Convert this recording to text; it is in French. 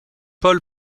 paul